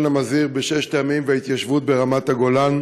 המזהיר במלחמת ששת הימים וההתיישבות ברמת הגולן.